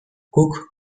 guk